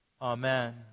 Amen